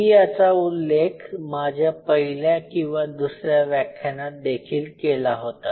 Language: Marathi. मी याचा उल्लेख माझ्या पहिल्या किंवा दुसऱ्या व्याख्यानात देखील केला होता